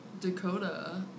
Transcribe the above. Dakota